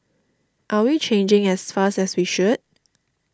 are we changing as fast as we should